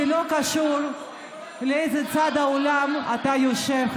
לא קשור לאיזה צד באולם אתה יושב,